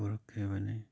ꯄꯨꯔꯛꯈꯤꯕꯅꯤ